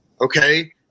okay